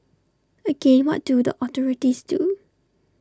again what do the authorities do